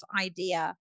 idea